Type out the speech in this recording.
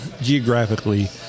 geographically